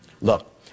Look